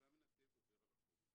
הרופא המנתב עובר על החומר.